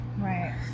Right